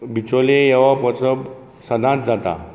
बिचोले येवप वचप सदांच जाता